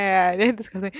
damn disgusting